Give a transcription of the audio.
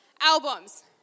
albums